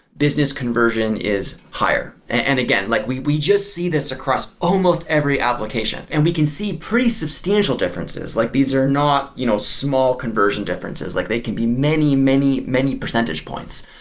conversion is higher. and again, like we we just see this across almost every application, and we can see pretty substantial differences. like these are not you know small conversion differences. like they can be many, many, many percentage points.